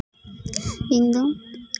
ᱤᱧ ᱫᱚ